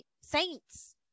saints